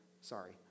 sorry